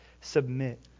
submit